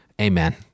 Amen